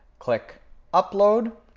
click upload.